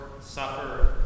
suffer